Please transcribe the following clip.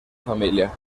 familia